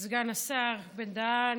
את סגן השר בן-דהן,